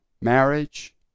marriage